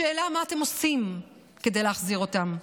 השאלה היא מה אתם עושים כדי להחזיר אותם.